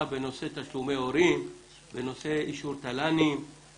בנושא תשלומי הורים בנושא אישור תל"נים.